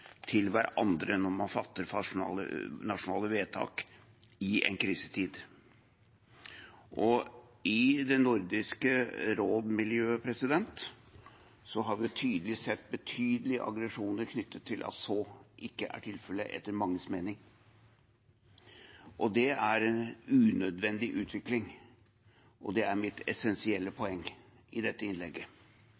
til hverandre når vi fatter nasjonale vedtak i en krisetid. I Nordisk råd-miljøet har vi tydelig sett en betydelig aggresjon knyttet til at så ikke er tilfellet, etter manges mening, og det er en unødvendig utvikling. Det er mitt essensielle